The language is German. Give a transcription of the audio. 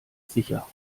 sicher